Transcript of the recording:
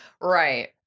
Right